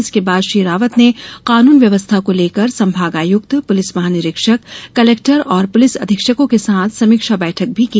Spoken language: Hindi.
इसके बाद श्री रावत ने कानून व्यवस्था को लेकर संभागायुक्त पुलिस महानिरीक्षक कलेक्टर और पुलिस अधीक्षकों के साथ समीक्षा बैठक भी की